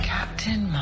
Captain